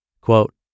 Quote